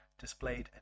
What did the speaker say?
displayed